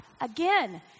again